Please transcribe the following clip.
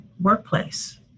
workplace